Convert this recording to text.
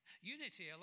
Unity